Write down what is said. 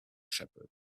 shepherd